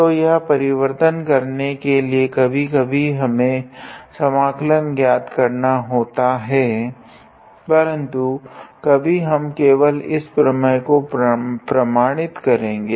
तो यह परिवर्तन करने के लिए कभी हमें समाकलन ज्ञात करना होता है परन्तु अभी हम केवल इस प्रमेय को प्रमाणित करेगे